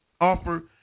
offer